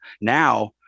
Now